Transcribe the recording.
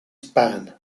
span